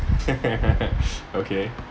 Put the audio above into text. okay